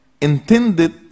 intended